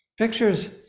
pictures